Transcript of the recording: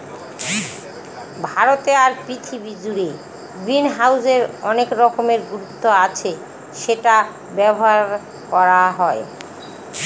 ভারতে আর পৃথিবী জুড়ে গ্রিনহাউসের অনেক রকমের গুরুত্ব আছে সেটা ব্যবহার করা হয়